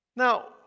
Now